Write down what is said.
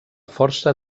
força